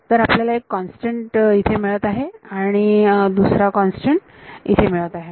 तर आपल्याला एक कॉन्स्टंट इथे मिळत आहे आणि दुसरा कॉन्स्टंट इथे मिळत आहे